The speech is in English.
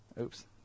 oops